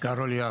קרול יעקב,